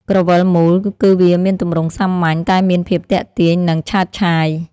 ក្រវិលមូល គឺវាមានទម្រង់សាមញ្ញតែមានភាពទាក់ទាញ និងឆើតឆាយ។